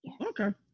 okay